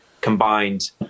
combined